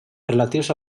relatius